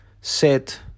set